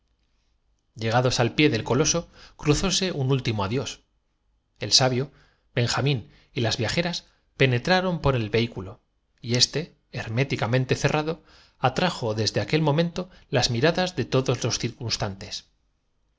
llegados al pié del coloso cruzóse un último adiós el sabio benjamín y las viajeras penetraron en el ve hículo y éste herméticamente cerrado atrajo desde aquel momento las miradas de todos los